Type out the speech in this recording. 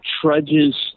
trudges